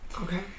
Okay